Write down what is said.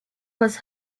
was